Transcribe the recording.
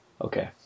okay